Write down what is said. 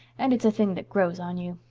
and it's a thing that grows on you.